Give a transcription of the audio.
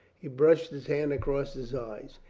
he brushed his hand across his eyes.